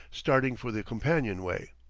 starting for the companionway.